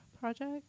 project